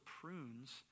prunes